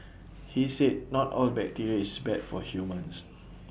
he said not all bacteria is bad for humans